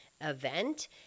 event